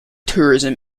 tourism